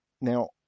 now